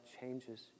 changes